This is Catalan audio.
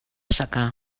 secà